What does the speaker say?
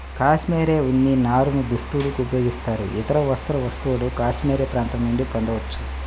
cashmere ఉన్ని నారను దుస్తులకు ఉపయోగిస్తారు, ఇతర వస్త్ర వస్తువులను కాష్మెరె ప్రాంతం నుండి పొందవచ్చు